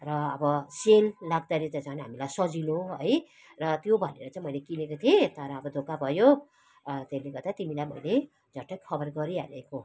र अब सेल लाग्दाखेरि त झन् हामीलाई सजिलो है र त्यो भनेर चाहिँ मैले किनेको थिएँ तर अब धोका भयो त्यसले गर्दा तिमीलाई मैले झट्ट खबर गरिहालेको